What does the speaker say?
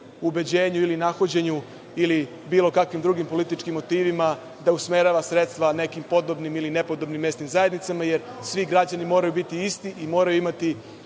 ubeđenju ili nahođenju ili bilo kakvim drugim političkim motivima da usmerava sredstva nekim podobnim ili nepodobnim mesnim zajednicama, jer svi građani moraju biti isti i moraju imati